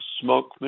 smoke